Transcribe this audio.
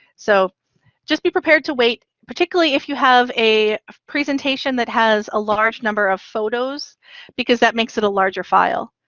so just be prepared to wait. particularly, if you have a presentation that has a large number of photos because that makes it a larger file.